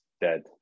dead